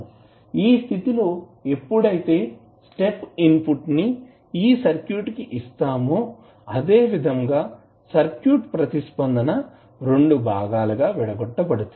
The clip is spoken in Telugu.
ఈ స్థితి లో ఎప్పుడైతే స్టెప్ ఇన్పుట్ ని ఆ సర్క్యూట్ కి ఇస్తామో అదేవిధం గా సర్క్యూట్ ప్రతిస్పందన రెండు భాగాలుగా విడగొట్టబడుతుంది